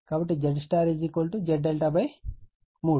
కాబట్టి ZΥ Z∆ 3